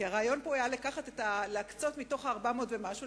כי הרעיון פה היה להקצות מתוך ה-400 ומשהו,